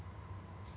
would be very big